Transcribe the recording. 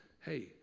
hey